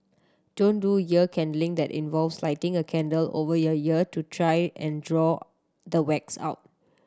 don't do ear candling that involves lighting a candle over your ear to try and draw the wax out